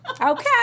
Okay